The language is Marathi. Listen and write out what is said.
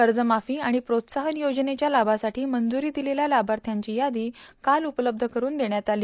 कर्जमाफी आणि प्रोत्साहन योजनेच्या लाभासाठी मंजूरी दिलेल्या लाभार्थ्यांची यादी काल उपलब्ध करून देण्यात आली